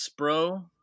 Spro